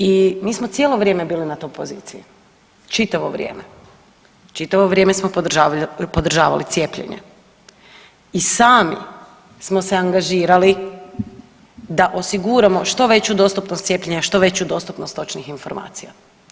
I mi smo cijelo vrijeme bili na toj poziciji, čitavo vrijeme, čitavo vrijeme smo podržavali cijepljenje i sami smo se angažirali da osiguramo što veću dostupnost cijepljenja, što veću dostupnost točnih informacija.